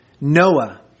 Noah